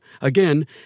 Again